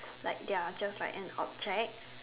like they're just like an object